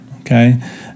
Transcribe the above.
okay